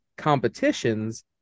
competitions